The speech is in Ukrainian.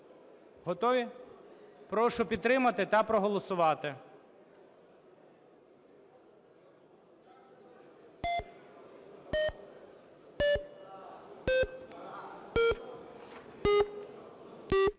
Готові? Прошу підтримати та проголосувати.